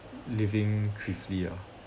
living thrively ah